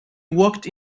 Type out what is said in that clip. walked